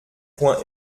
point